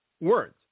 words